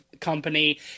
company